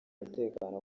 umutekano